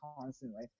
constantly